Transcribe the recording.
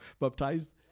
baptized